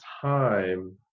time